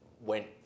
went